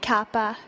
Kappa